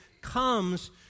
comes